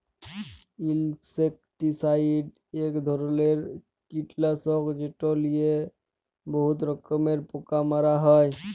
insecticide ইক ধরলের কিটলাসক যেট লিয়ে বহুত রকমের পোকা মারা হ্যয়